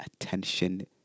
attention